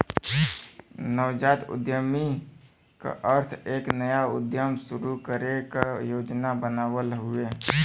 नवजात उद्यमी क अर्थ एक नया उद्यम शुरू करे क योजना बनावल हउवे